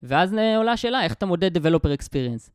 ואז עולה השאלה איך אתה מודד Developer Experience